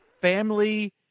family